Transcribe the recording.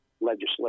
legislation